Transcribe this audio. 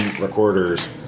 recorders